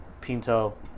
pinto